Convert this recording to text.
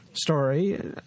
Story